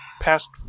past